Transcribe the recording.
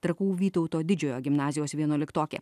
trakų vytauto didžiojo gimnazijos vienuoliktokė